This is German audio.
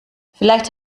vielleicht